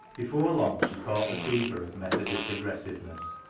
before long she caught the fever of methodist aggressiveness,